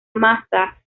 maza